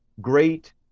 great